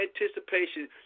anticipation